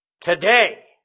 Today